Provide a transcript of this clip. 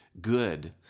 good